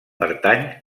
pertany